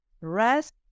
rest